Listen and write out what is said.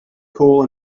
coal